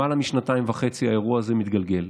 למעלה משנתיים וחצי האירוע זה מתגלגל.